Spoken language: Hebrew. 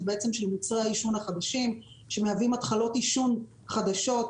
זה בעצם של מוצרי העישון החדשים שמהווים התחלות עישון חדשות,